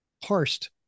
parsed